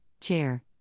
Chair